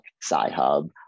Sci-Hub